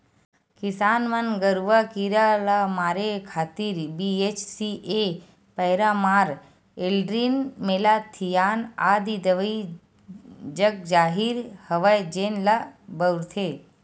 किसान मन गरूआ कीरा ल मारे खातिर बी.एच.सी.ए पैरामार, एल्ड्रीन, मेलाथियान आदि दवई जगजाहिर हवय जेन ल बउरथे